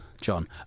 John